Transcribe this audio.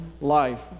life